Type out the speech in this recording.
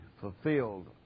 fulfilled